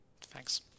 Thanks